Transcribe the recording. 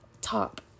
top